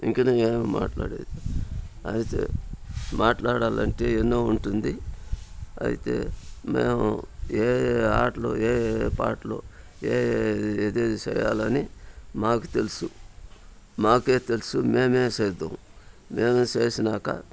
ఇంకేం నేనేం మాట్లాడలేను అయితే మాట్లాడాలంటే ఎన్నో ఉంటుంది అయితే మేము ఏ ఏ ఆటలు ఏ ఏ పాటలు ఏ ఏ ఇది చెయ్యాలని మాకు తెలుసు మాకే తెలుసు మేమే చేతుము మేమే చేసినాక